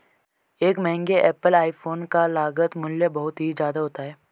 एक महंगे Apple iPhone का लागत मूल्य बहुत ही ज्यादा होता है